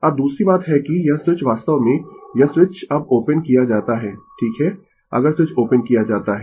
अब दूसरी बात है कि यह स्विच वास्तव में यह स्विच अब ओपन किया जाता है ठीक है अगर स्विच ओपन किया जाता है